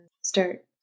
start